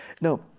Now